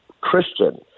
Christian